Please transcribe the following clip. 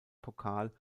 pokal